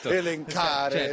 elencare